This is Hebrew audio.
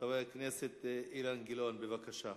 חבר הכנסת אילן גילאון, בבקשה.